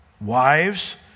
Wives